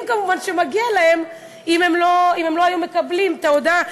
שמגיע להם אם הם לא היו מקבלים את ההודעה.